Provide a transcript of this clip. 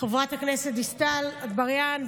חברת הכנסת דיסטל אטבריאן.